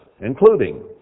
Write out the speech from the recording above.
including